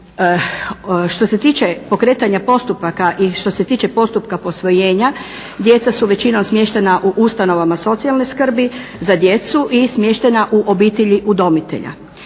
Što se tiče pokretanja postupaka i što se tiče postupka posvojenja djeca su većinom smještena u ustanovama socijalne skrbi za djecu i smještena u obitelji udomitelja.